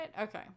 Okay